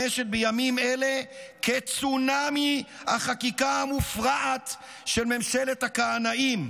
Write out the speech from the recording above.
מתממשת בימים אלה כצונאמי החקיקה המופרעת של ממשלת הכהנאים.